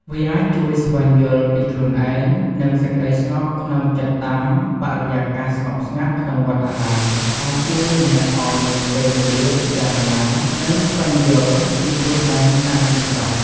វាអាចជួយស្វែងយល់ពីខ្លួនឯង និងសេចក្ដីស្ងប់ក្នុងចិត្តតាម បរិយាកាសស្ងប់ស្ងាត់ក្នុងវត្តអារាម អាចជួយអ្នកឱ្យមានពេលវេលាពិចារណា និងស្វែងយល់ពីខ្លួនឯងកាន់តែច្បាស់។